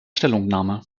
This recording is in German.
stellungnahme